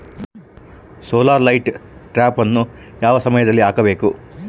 Solar light ಟ್ರಾಪನ್ನು ಯಾವ ಸಮಯದಲ್ಲಿ ಹಾಕಬೇಕು?